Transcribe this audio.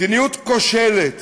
מדיניות כושלת